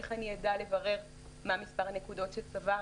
איך הוא ידע לברר מה מספר הנקודות שהוא צבר,